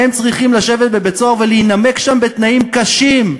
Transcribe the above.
הם צריכים לשבת בבית-סוהר ולהינמק שם בתנאים קשים.